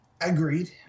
Agreed